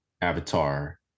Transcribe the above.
avatar